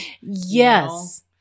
Yes